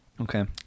Okay